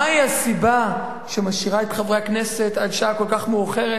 מהי הסיבה שמשאירה את חברי הכנסת עד שעה כל כך מאוחרת,